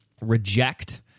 reject